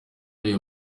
ayo